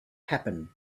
happen